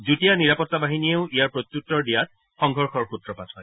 যুটীয়া নিৰাপত্তা বাহিনীয়েও ইয়াৰ প্ৰত্যুত্তৰ দিয়াৰ সংঘৰ্ষৰ সূত্ৰপাত হয়